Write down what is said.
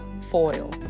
foil